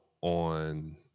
on